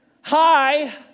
Hi